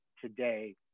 today